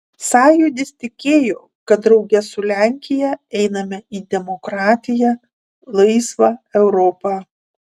sąjūdis tikėjo kad drauge su lenkija einame į demokratiją laisvą europą